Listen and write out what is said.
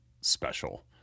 special